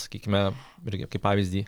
sakykime irgi kaip pavyzdį